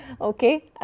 Okay